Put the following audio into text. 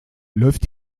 läuft